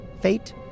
fate